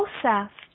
processed